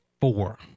four